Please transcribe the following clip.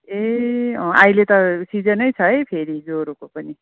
ए अँ अहिले त सिजनै छ है फेरि ज्वरोको पनि